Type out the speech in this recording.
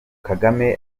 kagame